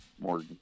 more